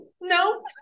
no